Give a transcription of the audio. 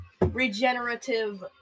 regenerative